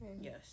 Yes